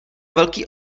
velký